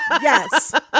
yes